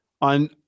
On